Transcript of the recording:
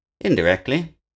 Indirectly